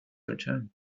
return